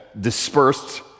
dispersed